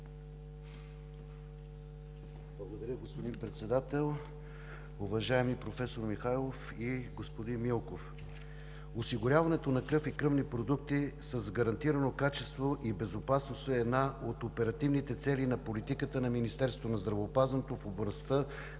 Благодаря, господин Председател. Уважаеми професор Михайлов и господин Милков, осигуряването на кръв и кръвни продукти с гарантирано качество и безопасност е една от оперативните цели на политиката на Министерството на здравеопазването в областта